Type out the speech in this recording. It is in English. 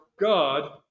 God